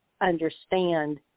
understand